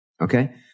Okay